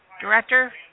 director